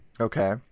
Okay